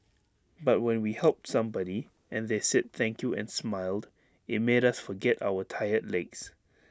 but when we helped somebody and they said thank you and smiled IT made us forget our tired legs